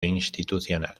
institucional